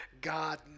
God